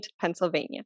Pennsylvania